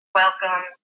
welcome